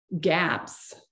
gaps